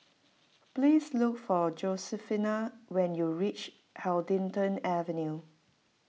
please look for Josefina when you reach Huddington Avenue